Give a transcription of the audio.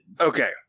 Okay